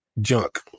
junk